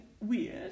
weird